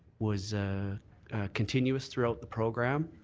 was continuous throughout the program.